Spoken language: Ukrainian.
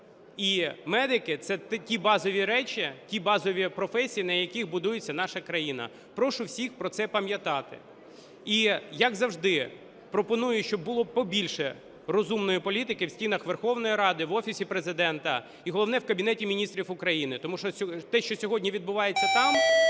і медики – це такі базові речі, ті базові професії, на яких будується наша країна. Прошу всіх про це пам'ятати. І, як завжди, пропоную, щоб було побільше розумної політики в стінах Верховної Ради, в Офісі Президента і, головне, в Кабінеті Міністрів України, тому що те, що сьогодні відбувається там,